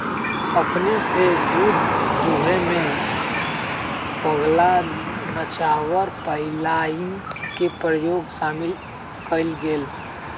अपने स दूध दूहेमें पगला नवाचार पाइपलाइन के प्रयोग शामिल कएल गेल